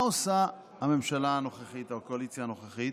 מה עושה הממשלה הנוכחית או הקואליציה הנוכחית,